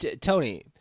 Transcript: Tony